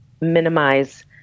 minimize